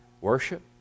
worship